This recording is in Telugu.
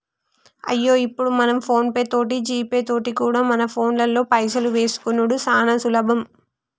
అయ్యో ఇప్పుడు మనం ఫోన్ పే తోటి జీపే తోటి కూడా మన ఫోన్లో పైసలు వేసుకునిడు సానా సులభం